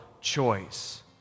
choice